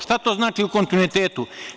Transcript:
Šta to znači u kontinuitetu?